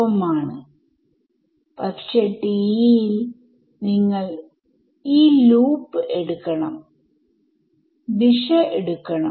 നെയാണ് ഞാൻ സോൾവ് ചെയ്യാൻ ശ്രമിക്കുന്നത്